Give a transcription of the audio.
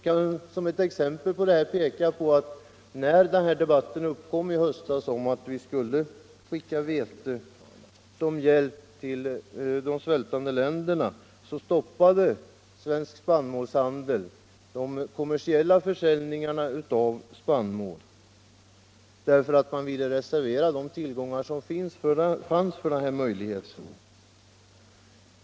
Jag kan som exempel nämna att när vi i höstas fick debatten om att vi skulle skicka vete till de svältande länderna, så stoppade svensk spannmålshandel de kommersiella försäljningarna av spannmål, eftersom man ville reservera de lager som fanns för denna möjlighet.